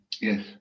yes